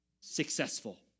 successful